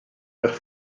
eich